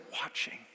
watching